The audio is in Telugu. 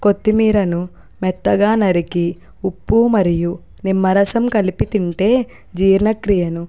కొత్తిమీరను మెత్తగా నరికి ఉప్పు మరియు నిమ్మరసం కలిపి తింటే జీర్ణక్రియను